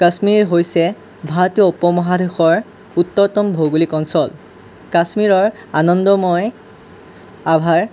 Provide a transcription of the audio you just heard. কাশ্মীৰ হৈছে ভাৰতীয় উপমহাদেশৰ উত্তৰতম ভৌগোলিক অঞ্চল কাশ্মীৰৰ আনন্দময় আভাৰ